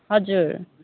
हजुर